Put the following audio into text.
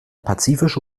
pazifische